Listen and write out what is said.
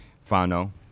Fano